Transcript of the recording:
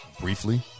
briefly